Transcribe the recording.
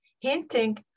hinting